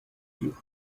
you